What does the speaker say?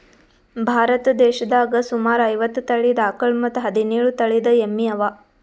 ಭಾರತ್ ದೇಶದಾಗ್ ಸುಮಾರ್ ಐವತ್ತ್ ತಳೀದ ಆಕಳ್ ಮತ್ತ್ ಹದಿನೇಳು ತಳಿದ್ ಎಮ್ಮಿ ಅವಾ